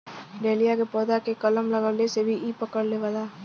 dahlia के पौधा के कलम लगवले से भी इ पकड़ लेवला